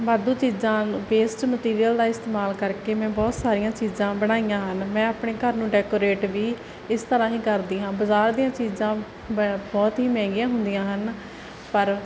ਵਾਧੂ ਚੀਜ਼ਾਂ waste material ਦਾ ਇਸਤੇਮਾਲ ਕਰਕੇ ਮੈਂ ਬਹੁਤ ਸਾਰੀਆਂ ਚੀਜ਼ਾਂ ਬਣਾਈਆਂ ਹਨ ਮੈਂ ਆਪਣੇ ਘਰ ਨੂੰ ਡੈਕੋਰੇਟ ਵੀ ਇਸ ਤਰ੍ਹਾਂ ਹੀ ਕਰਦੀ ਹਾਂ ਬਜ਼ਾਰ ਦੀਆਂ ਚੀਜ਼ਾਂ ਬ ਬਹੁਤ ਹੀ ਮਹਿੰਗੀਆਂ ਹੁੰਦੀਆਂ ਹਨ ਪਰ